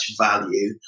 value